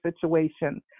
situation